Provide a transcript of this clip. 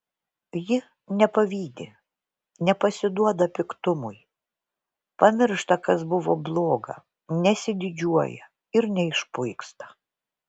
ji nepavydi nepasiduoda piktumui pamiršta kas buvo bloga nesididžiuoja ir neišpuiksta